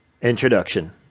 introduction